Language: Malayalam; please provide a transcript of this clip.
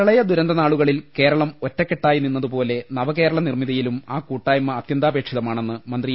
പ്രളയദുരന്തനാളുകളിൽ കേരളം ഒറ്റക്കെട്ടായിനിന്നതു പോലെ നവകേരളനിർമ്മിതിയിലും ആ കൂട്ടായ്മ അതൃന്താപേക്ഷിതമാണെന്ന് മന്ത്രി ഇ